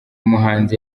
muhanzi